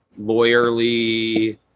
lawyerly